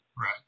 Right